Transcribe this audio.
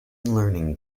learning